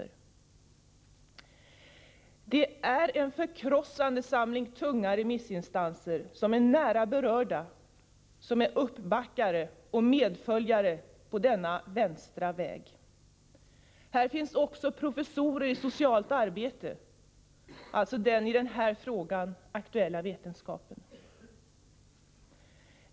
Det är en förkrossande samling tunga remissinstanser, som är nära berörda, som är uppbackare och medföljare på denna vänstra väg. Här finns också professorer i socialt arbete — alltså den i den här frågan aktuella vetenskapen.